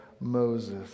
Moses